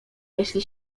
jeśli